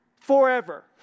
forever